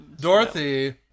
Dorothy